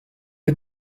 rez